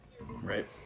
Right